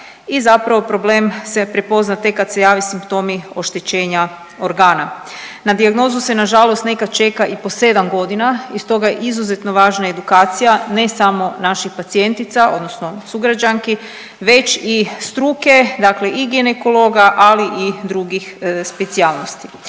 i zapravo problem se prepozna tek kad se jave simptomi oštećenja organa. Na dijagnozu se nažalost nekad čeka i po 7 godina i stoga je izuzetno važna edukacija, ne samo naših pacijentica odnosno sugrađanki, već i struke, dakle i ginekologa, ali i drugih specijalnosti.